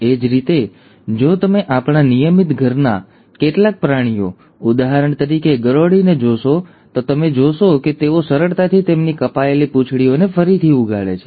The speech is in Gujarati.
એ જ રીતે જો તમે આપણા નિયમિત ઘરના કેટલાક પ્રાણીઓ ઉદાહરણ તરીકે ગરોળીને જોશો તો તમે જોશો કે તેઓ સરળતાથી તેમની કપાયેલી પૂંછડીઓને ફરીથી ઉગાડે છે